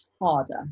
harder